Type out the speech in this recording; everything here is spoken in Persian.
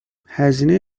هزینه